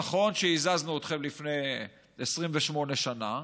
נכון שהזזנו אתכם לפני 28 שנה,